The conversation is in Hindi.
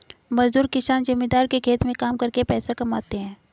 मजदूर किसान जमींदार के खेत में काम करके पैसा कमाते है